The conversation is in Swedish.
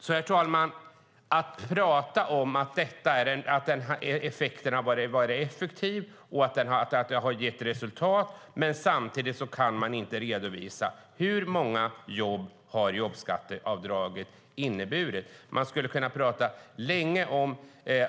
Fru talman! Man talar om att det gjorda varit effektivt och om att det gett resultat. Men samtidigt kan man inte redovisa hur många jobb jobbskatteavdraget har inneburit. Man skulle länge kunna tala om